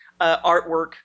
artwork